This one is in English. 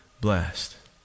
blessed